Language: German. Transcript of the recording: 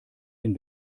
den